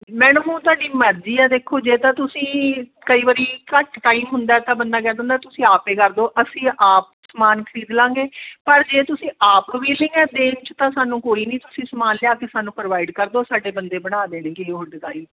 madam ਉਹ ਤੁਹਾਡੀ ਮਰਜ਼ੀ ਆ ਦੇਖੋ ਜੇ ਤਾਂ ਤੁਸੀਂ ਕਈ ਵਾਰੀ ਘੱਟ ਟਾਈਮ ਹੁੰਦਾ ਤਾਂ ਬੰਦਾ ਕਹਿ ਦਿੰਦਾ ਤੁਸੀਂ ਆਪ ਏ ਕਰ ਦਿਉ ਅਸੀਂ ਆਪ ਸਮਾਨ ਖਰੀਦ ਲਵਾਂਗੇ ਪਰ ਜੇ ਤੁਸੀਂ ਆਪ ਵੀਲਿੰਗ ਹੈ ਦੇਣ 'ਚ ਤਾਂ ਸਾਨੂੰ ਕੋਈ ਨਹੀਂ ਤੁਸੀਂ ਸਮਾਨ ਲਿਆ ਕੇ ਸਾਨੂੰ ਪ੍ਰੋਵਾਈਡ ਕਰ ਦਿਉ ਸਾਡੇ ਬੰਦੇ ਬਣਾ ਦੇਣਗੇ ਉਹ ਡਿਜ਼ਾਈਨ